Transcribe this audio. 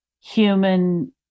human